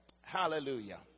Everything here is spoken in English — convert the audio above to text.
Hallelujah